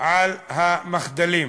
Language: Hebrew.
על המחדלים.